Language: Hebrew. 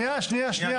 שנייה, שנייה.